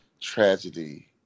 tragedy